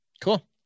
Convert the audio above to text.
Cool